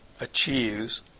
achieves